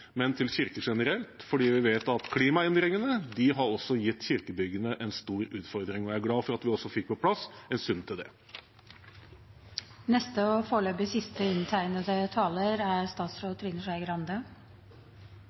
generelt, for vi vet at klimaendringene også har gitt kirkebyggene en stor utfordring. Jeg er glad for at vi fikk på plass en sum til